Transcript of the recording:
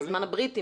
בטח מזמן הבריטים.